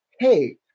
hey